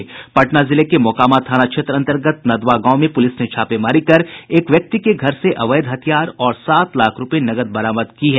पटना जिले के मोकामा थाना क्षेत्र अंतर्गत नदवां गांव में पूलिस ने छापेमारी कर एक व्यक्ति के घर से अवैध हथियार और सात लाख रूपये नकद बरामद की है